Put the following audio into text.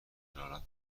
دلالت